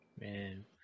Man